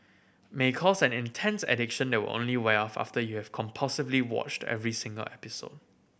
may cause an intense addiction that will only wear off after year compulsively watched every single episode